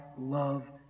love